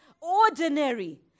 ordinary